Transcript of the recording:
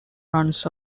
runs